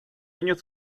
años